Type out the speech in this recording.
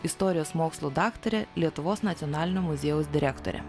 istorijos mokslų daktare lietuvos nacionalinio muziejaus direktore